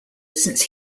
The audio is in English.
since